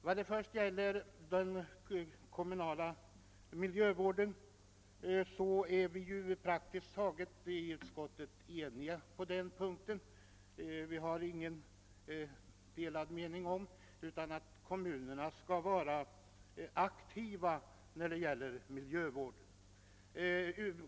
Vad först gäller den kommunala miljövården är vi inom utskottet praktiskt taget eniga om att kommunerna bör vaära aktiva när det gäller miljövård.